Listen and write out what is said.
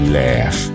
laugh